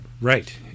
right